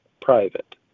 private